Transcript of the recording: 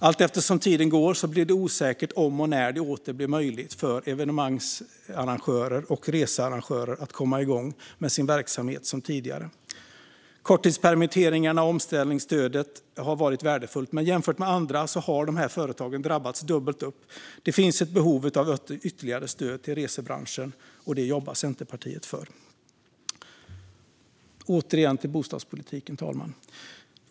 Allteftersom tiden går blir det osäkert om och när det åter blir möjligt för evenemangs och researrangörer att komma igång med sina verksamheter som tidigare. Korttidspermitteringarna och omställningsstödet har varit värdefulla, men jämfört med andra har de här företagen drabbats dubbelt upp. Det finns behov av ytterligare stöd till resebranschen, och det jobbar Centerpartiet för. Fru talman! Jag återgår till bostadspolitiken.